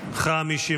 התקבלה.